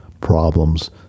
problems